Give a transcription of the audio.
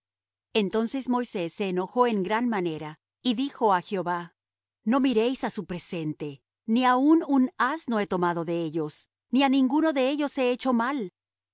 entonces moisés se enojó en gran manera y dijo á jehová no mires á su presente ni aun un asno he tomado de ellos ni á ninguno de ellos he hecho mal